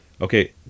Okay